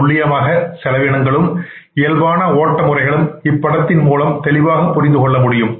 துள்ளியமாக செலவினங்களும் இயல்பான ஓட்டமுறைகளும் இப்படத்தின் மூலம் தெளிவாக புரிந்துகொள்ள முடியும்